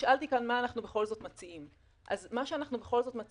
נשאלתי כאן מה אנחנו בכל זאת מציעים שוב, אני